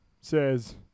says